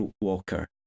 walker